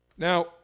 Now